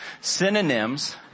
Synonyms